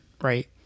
Right